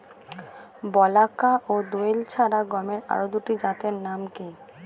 বলাকা ও দোয়েল ছাড়া গমের আরো দুটি জাতের নাম কি?